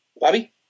Bobby